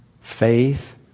Faith